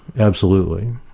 absolutely.